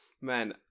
Man